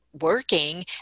working